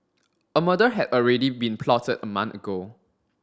a murder had already been plotted a month ago